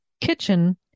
kitchen